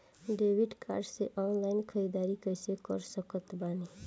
Debit card से online ख़रीदारी कैसे कर सकत बानी?